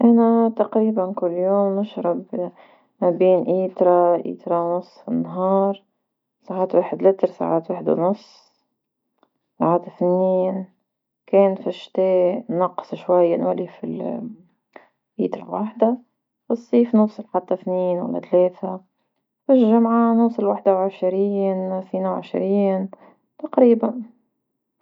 انا تقريبا كل يوم نشرب ما بين ايترا واترا ونص في النهار ساعت واحد لتر سعات واحد ونص سعات اثنين كان في شتاء نقص شوية ليتها وحدة في صيف نوصل حتى اثنين ولا ثلاثة في الجمعة نوصل واحد وعشرين إثنين وعشرين تقريبا.